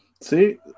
See